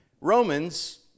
Romans